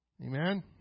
Amen